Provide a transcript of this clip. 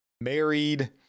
married